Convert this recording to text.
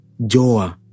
Joah